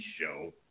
show